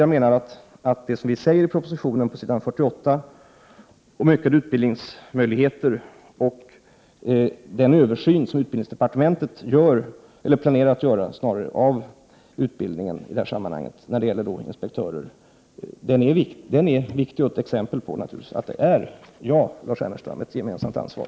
Jag menar att det som sägs i propositionen på s. 48 om ökade utbildningsmöjligheter och den översyn som utbildningsdepartementet planerar att göra av utbildningen i detta sammanhang när det gäller inspektörer är viktigt och ett exempel på att det är fråga om ett gemensamt ansvar.